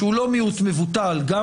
שהוא לא מיעוט מבוטל גם